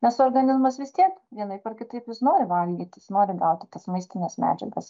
nes organizmas vis tiek vienaip ar kitaip jis nori valgyt jis nori gauti tas maistines medžiagas